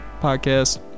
podcast